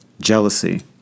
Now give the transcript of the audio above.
jealousy